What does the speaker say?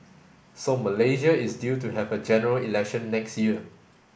so Malaysia is due to have a General Election next year